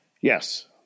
Yes